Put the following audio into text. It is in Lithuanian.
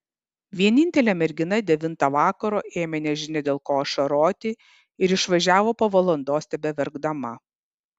vienintelė mergina devintą vakaro ėmė nežinia dėl ko ašaroti ir išvažiavo po valandos tebeverkdama